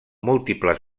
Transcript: múltiples